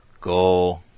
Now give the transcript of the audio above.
Go